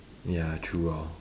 ya true ah